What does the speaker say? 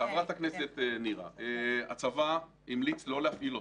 חברת הכנסת נירה, הצבא המליץ לא להפעיל אותה.